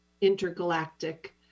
intergalactic